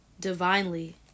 divinely